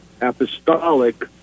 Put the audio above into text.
apostolic